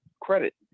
credit